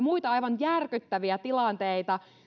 muita aivan järkyttäviä tilanteita